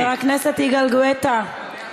חבר הכנסת יגאל גואטה, בבקשה.